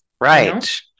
Right